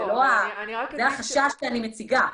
זה החשש שאני מציגה.